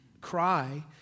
cry